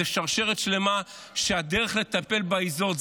זו שרשרת שלמה שהדרך לטפל בה היא זאת.